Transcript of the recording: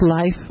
life